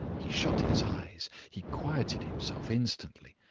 he shut his eyes he quieted himself instantly.